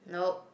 nope